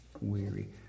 weary